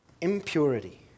impurity